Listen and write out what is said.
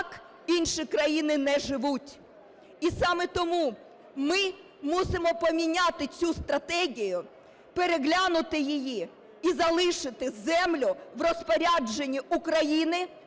І саме тому ми мусимо поміняти цю стратегію, переглянути її і залишити землю в розпорядженні України,